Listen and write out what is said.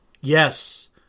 yes